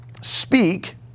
speak